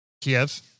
Kiev